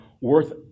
worth